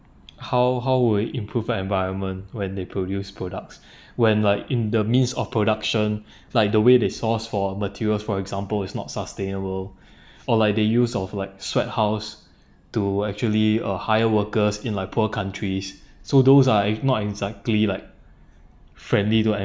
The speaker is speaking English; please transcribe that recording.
how how we improve environment when they produce products when like in the midst of production like the way they source for materials for example is not sustainable or like they use of like sweat house to actually uh hire workers in like poor countries so those are ac~ not exactly like friendly to